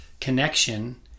connection